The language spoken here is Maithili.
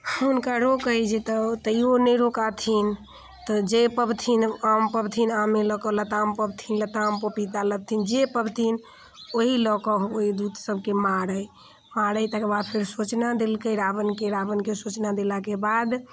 हुनका रोकै जे तऽ तइयो नहि रोकथिन तऽ जे पबथिन आम पबथिन आमे लऽ कऽ लताम पबथिन लताम पोपिता लबथिन जे पबथिन ओहि लऽ कऽ ओइ दूत सभके मारै मारै तकर बाद फेर सोचना देलकै रावणके रावणके सोचना देलाके बाद